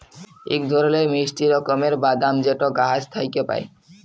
ইক ধরলের মিষ্টি রকমের বাদাম যেট গাহাচ থ্যাইকে পায়